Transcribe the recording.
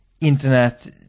internet